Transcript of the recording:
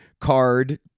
card